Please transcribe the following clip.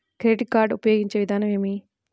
Credit card ఉపయోగించే విధానం ఏమి?